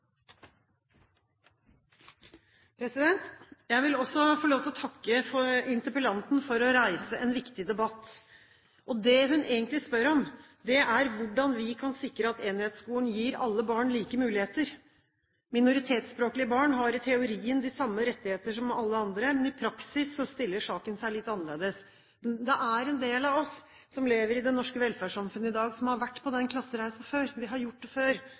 Også jeg vil få takke interpellanten for å reise en viktig debatt. Det hun egentlig spør om, er hvordan vi kan sikre at enhetsskolen gir alle barn like muligheter. Minoritetsspråklige barn har i teorien de samme rettigheter som alle andre, men i praksis stiller saken seg litt annerledes. Det er en del av oss som lever i det norske velferdssamfunnet i dag, som har gjort den klassereisen før. Da må vi